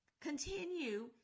Continue